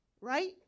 right